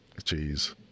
Jeez